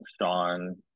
Sean